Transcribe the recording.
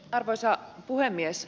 arvoisa puhemies